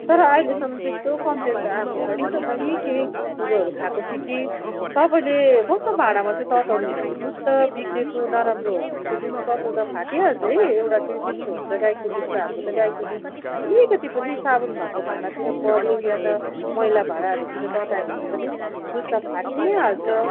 तर अहिलेसम्म त्यस्तो कमप्लेन आएको छैन त बहिनी केही कुरोहरू खाएको थियो कि तपाईँले कस्तो भाँडामा चाहिँ तताउनु भयो दुध त बिग्रेको नराम्रो हो भने दुध तताउँदा फाटिहाल्छ है एउटा चाहिँ त्यस्तो हुन्छ गाईको दुध हाम्रो त गाईको दुध अलिकति पनि साबुन भएको भाडातिर पऱ्यो या त मैला भाँड़ाहरूतिर ततायो भने पनि दुध त फाटी नै हाल्छ